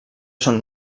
son